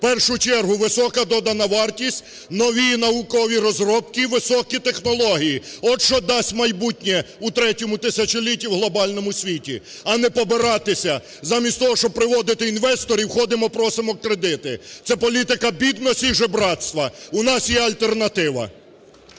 В першу чергу висока додана вартість, нові наукові розробки і високі технології – от що дасть майбутнє у третьому тисячолітті у глобальному світі. А не побиратися! Замість того, щоб приводити інвесторів, ходимо, просимо кредити! Це політика бідності і жебрацтва. У нас є альтернатива!